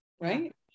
right